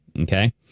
Okay